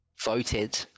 voted